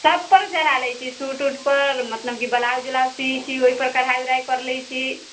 सबपर चढ़ा लै छी शूट उटपर मतलब कि ब्लाउज उलाउज सी लै छी ओहिपर कढ़ाइ उढ़ाइ करि लैत छी